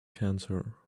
cancer